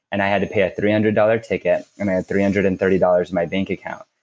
and i had to pay a three hundred dollars ticket, and i had three hundred and thirty dollars in my bank account.